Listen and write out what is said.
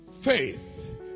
faith